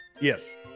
Yes